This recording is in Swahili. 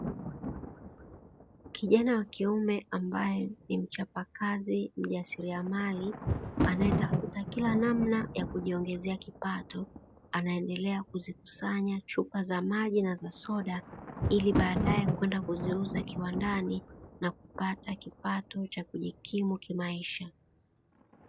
Kijana wa kiume ambaye ni mchapakazi mjasiriamali anayetafuta kila namna ya kujiongezea kipato, anaendelea kuzikusanya chupa za maji na za soda ili baadaye kwenda kuziuza kiwandani na kupata kipato cha kujikimu kimaisha.